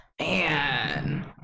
man